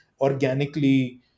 organically